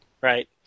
right